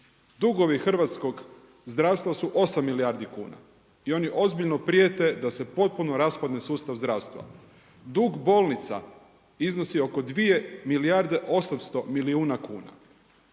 Dugovi hrvatskog zdravstva su 8 milijardi kuna i oni ozbiljno prijete da se potpuno raspadne sustav zdravstva. Dug bolnica iznosi oko 2 milijarde i 800 milijuna kuna.